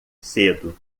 cedo